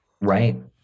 right